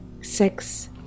six